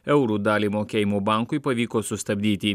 eurų dalį mokėjimų bankui pavyko sustabdyti